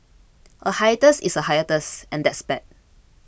a hiatus is a hiatus and that's bad